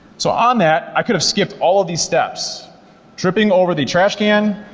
so on that i could have skipped all the steps tripping over the trash can,